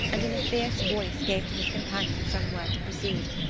and in a fierce voice gave to his companions some word to proceed.